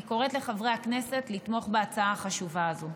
אני קוראת לחברי הכנסת לתמוך בהצעה החשובה הזו.